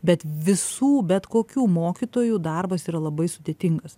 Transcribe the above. bet visų bet kokių mokytojų darbas yra labai sudėtingas